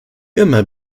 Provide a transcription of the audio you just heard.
immer